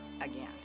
again